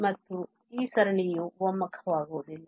ಮತ್ತು ಆದ್ದರಿಂದ ಈ ಸರಣಿಯು ಒಮ್ಮುಖವಾಗುವುದಿಲ್ಲ